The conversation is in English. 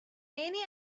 many